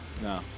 No